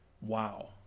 Wow